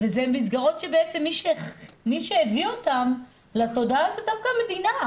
ואלה מסגרות שבעצם מי שהביא אותן לתודעה זו דווקא המדינה.